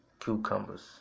Cucumbers